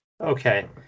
Okay